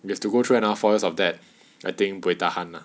we have to go through another four years of that I think buay tahan lah